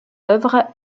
œuvres